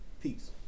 peace